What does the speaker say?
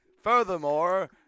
Furthermore